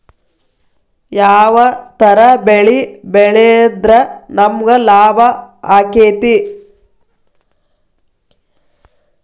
ಯಾವ ತರ ಬೆಳಿ ಬೆಳೆದ್ರ ನಮ್ಗ ಲಾಭ ಆಕ್ಕೆತಿ?